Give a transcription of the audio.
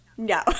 No